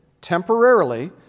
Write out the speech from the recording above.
temporarily